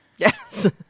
Yes